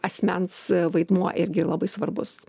asmens vaidmuo irgi labai svarbus